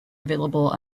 available